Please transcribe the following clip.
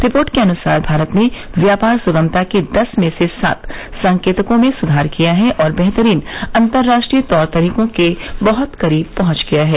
report के अनुसार भारत ने व्यापार सुगमता के दस में से सात संकेतकों में सुधार किया है और बेहतरीन अंतर्राष्ट्रीय तौर तरीकों के बहत करीब पहुंच गया है